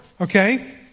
okay